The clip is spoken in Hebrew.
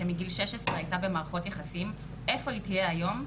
שמגיל 16 הייתה במערכות יחסים איפה היא תהיה היום,